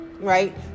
right